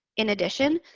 in addition,